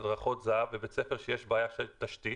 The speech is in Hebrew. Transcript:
בזה"ב בבית ספר שיש בעיה של תשתית